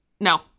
No